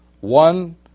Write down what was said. one